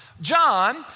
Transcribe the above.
John